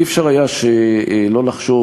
לא היה אפשר שלא לחשוב,